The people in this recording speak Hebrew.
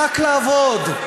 רק לעבוד.